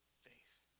faith